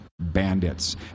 Bandits